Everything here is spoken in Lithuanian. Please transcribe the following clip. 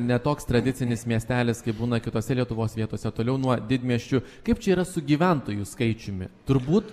ne toks tradicinis miestelis kaip būna kitose lietuvos vietose toliau nuo didmiesčių kaip čia yra su gyventojų skaičiumi turbūt